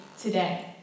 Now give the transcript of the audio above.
today